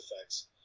effects